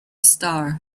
star